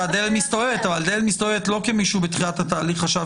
אבל הדלת מסתובבת לא כי מישהו בתחילת התהליך חשב